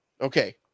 Okay